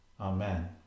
Amen